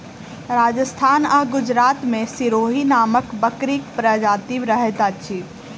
राजस्थान आ गुजरात मे सिरोही नामक बकरीक प्रजाति रहैत अछि